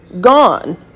gone